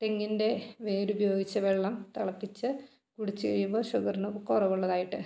തെങ്ങിൻ്റെ വേര് ഉപയോഗിച്ച് വെള്ളം തിളപ്പിച്ച് കുടിച്ചു കഴിയുമ്പോൾ ഷുഗറിന് കുറവുള്ളതായിട്ട്